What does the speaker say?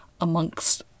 amongst